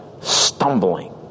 stumbling